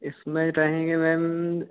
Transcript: इसमें रहेंगे मैम